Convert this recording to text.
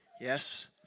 yes